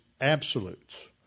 absolutes